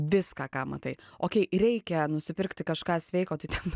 viską ką matai okei reikia nusipirkti kažką sveiko tai ten